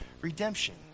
redemption